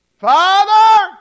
Father